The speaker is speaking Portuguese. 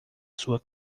sua